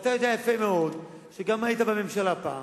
ואתה יודע יפה מאוד שגם כשהיית בממשלה פעם,